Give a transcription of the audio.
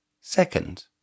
Second